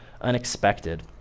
unexpected